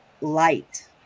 light